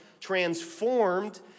transformed